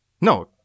No